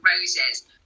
roses